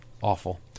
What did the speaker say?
awful